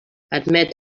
admet